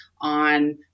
on